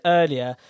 earlier